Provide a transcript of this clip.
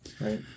Right